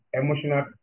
emotional